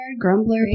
Grumbler